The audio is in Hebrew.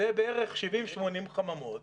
בערך 70-80 חממות